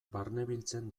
barnebiltzen